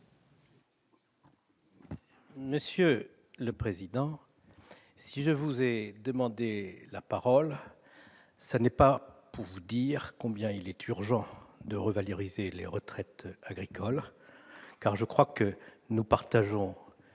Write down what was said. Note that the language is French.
Monsieur le président, si je vous ai demandé la parole, ce n'est pas pour vous dire combien il est urgent de revaloriser les retraites agricoles. Je crois que nous partageons